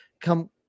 come